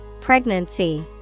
Pregnancy